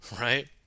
right